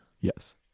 Yes